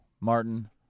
Martin